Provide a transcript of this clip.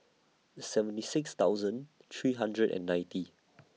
seventy six thousand three hundred and ninety